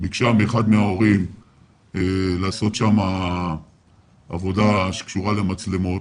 ביקשה שמאחד מההורים לעשות עבודה שקשורה למצלמות.